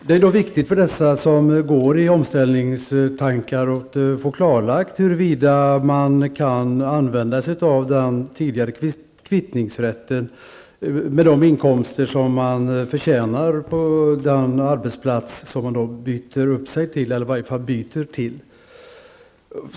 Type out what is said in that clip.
Det är viktigt för dem som går i omställningstankar att få klarlagt huruvida man kan använda den tidigare rätten till kvittning mot de inkomster som man får från den arbetsplats som man byter till.